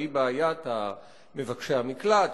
והיא בעיית מבקשי המקלט,